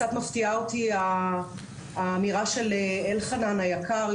קצת מפתיעה אותי האמירה של אלחנן היקר,